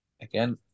Again